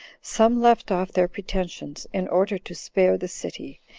some left off their pretensions in order to spare the city,